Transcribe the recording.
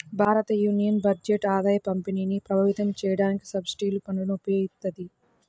భారతయూనియన్ బడ్జెట్ ఆదాయపంపిణీని ప్రభావితం చేయడానికి సబ్సిడీలు, పన్నులను ఉపయోగిత్తది